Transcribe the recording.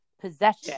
possession